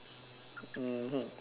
mmhmm